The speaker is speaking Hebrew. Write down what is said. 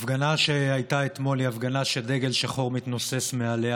ההפגנה שהייתה אתמול היא הפגנה שדגל שחור מתנוסס מעליה,